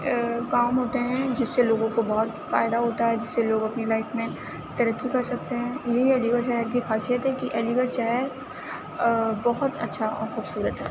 کام ہوتے ہیں جس سے لوگوں کو بہت فائدہ ہوتا ہے اور جس سے لوگ اپنی لائف میں ترقی کر سکتے ہیں یہی علی گڑھ شہر کی خاصیت ہے کہ علی گڑھ شہر بہت اچھا اور خوبصورت ہے